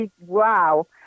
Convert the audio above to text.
Wow